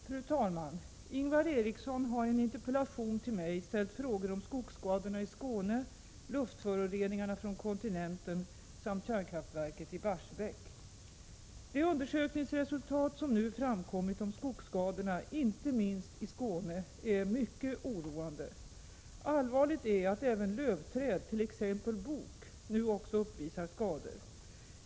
Fru talman! Ingvar Eriksson har i en interpellation till mig ställt frågor om skogsskadorna i Skåne, luftföroreningarna från kontinenten samt kärnkraftverket i Barsebäck. De undersökningsresultat som nu framkommit om skogsskadorna inte minst i Skåne är mycket oroande. Allvarligt är att även lövträd, t.ex. bok, nu uppvisar skador.